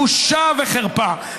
בושה וחרפה.